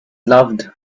loved